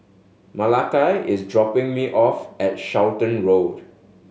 Malachi is dropping me off at Charlton Road